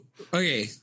Okay